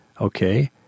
Okay